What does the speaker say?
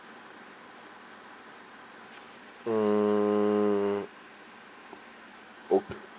hmm